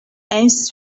aims